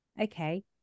okay